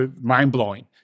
mind-blowing